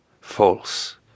false